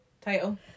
title